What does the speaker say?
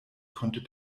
konnte